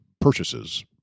purchases